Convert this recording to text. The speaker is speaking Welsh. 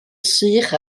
sych